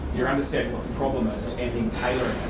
you understand what the problem is and can tailor